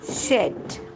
shed